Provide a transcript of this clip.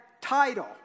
title